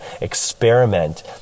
experiment